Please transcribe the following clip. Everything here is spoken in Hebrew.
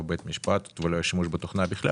בית משפט ולא היה שימוש בתוכנה בכלל.